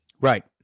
Right